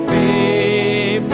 a